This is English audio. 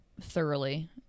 thoroughly